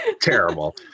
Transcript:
Terrible